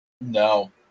No